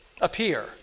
appear